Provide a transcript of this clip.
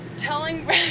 Telling